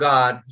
God